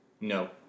No